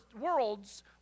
worlds